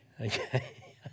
Okay